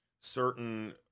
certain